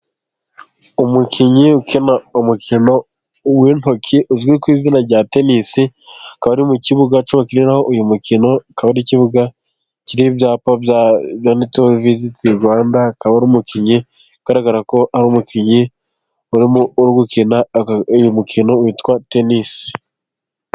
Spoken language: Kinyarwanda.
Umukinnyi ukina umukino w'intoki uzwi ku izina rya tenisi akaba ari mu kibuga bakinaraho uyu mukino. Akaba ari mu kibuga kiriho ibyapa byanditseho visiti Rwanda, akaba ari umukinnyi ugaragara ko ari umukinnyi urimo gukina uyu mukino witwa tenisi.